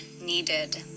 needed